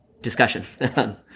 discussion